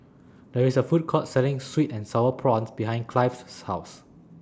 There IS A Food Court Selling Sweet and Sour Prawns behind Clive's House